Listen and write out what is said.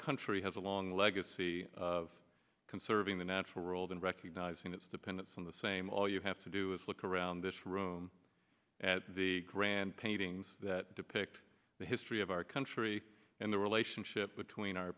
country has a long legacy of conserving the natural world and recognizing its dependence on the same all you have to do is look around this room at the grand paintings that depict the history of our country and the relationship between our